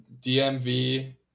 dmv